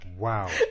Wow